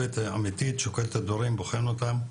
הוא שוקל את הדברים ובוחן אותם.